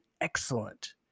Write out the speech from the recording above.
excellent